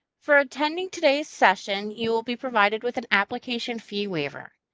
for attending today's session, you will be provided with an application fee waiver.